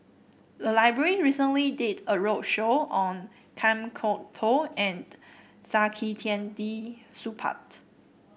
the library recently did a roadshow on Kan Kwok Toh and Saktiandi Supaat